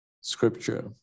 scripture